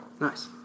Nice